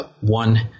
one